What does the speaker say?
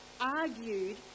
argued